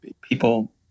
people